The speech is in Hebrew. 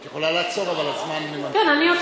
את יכולה לעצור אבל הזמן ממשיך.